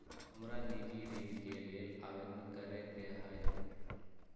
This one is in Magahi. हमरा निजी ऋण के लेल आवेदन करै के हए